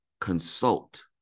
consult